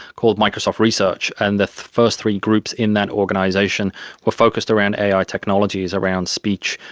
called microsoft research, and the first three groups in that organisation were focused around ai technologies around speech,